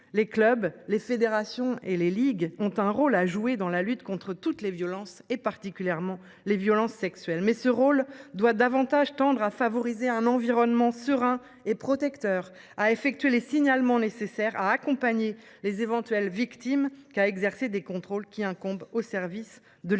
les clubs, les fédérations et les ligues ont un rôle à jouer dans la lutte contre toutes les violences et particulièrement les violences sexuelles, mais ce rôle doit davantage tendre à favoriser un environnement serein et protecteur à effectuer les signalements nécessaire à accompagner les éventuelles victimes qu'à exercer des contrôles qui incombe au service de l'État